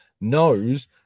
knows